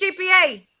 GPA